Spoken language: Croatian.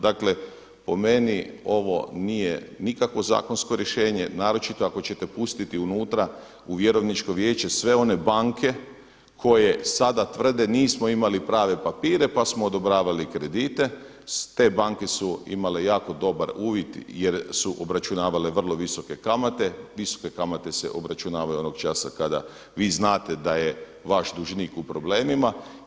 Dakle po meni ovo nije nikakvo zakonsko rješenje, naročito ako ćete pustiti unutra u vjerovničko vijeće sve one banke koje sada tvrde nismo imali prave papire pa smo odobravali kredite, te banke su imale jako dobar uvid jer su obračunavale vrlo visoke kamate, visoke kamate se obračunavaju onog časa kada vi znate da je vaš dužnik u problemima.